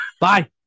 Bye